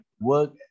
work